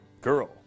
girl